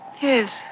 Yes